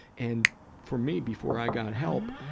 and, for me, before i got help,